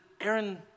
Aaron